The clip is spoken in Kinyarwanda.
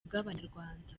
bw’abanyarwanda